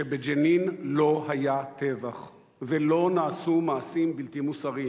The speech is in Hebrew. שבג'נין לא היה טבח ולא נעשו מעשים בלתי מוסריים,